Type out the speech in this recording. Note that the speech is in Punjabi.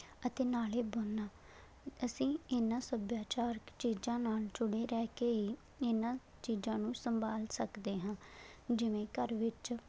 ਅਤੇ ਨਾਲੇ ਬੁਣਨਾ ਅਸੀਂ ਇੰਨਾਂ ਸੱਭਿਆਚਾਰਕ ਚੀਜ਼ਾਂ ਨਾਲ ਜੁੜੇ ਰਹਿ ਕੇ ਇਹਨਾਂ ਚੀਜ਼ਾਂ ਨੂੰ ਸੰਭਾਲ ਸਕਦੇ ਹਾਂ ਜਿਵੇਂ ਘਰ ਵਿੱਚ